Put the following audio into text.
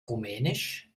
rumänisch